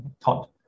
taught